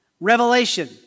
revelation